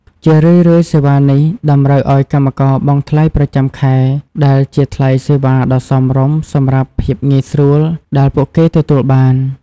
ជារឿយៗសេវានេះតម្រូវឱ្យកម្មករបង់ថ្លៃប្រចាំខែ ដែលជាថ្លៃសេវាដ៏សមរម្យសម្រាប់ភាពងាយស្រួលដែលពួកគេទទួលបាន។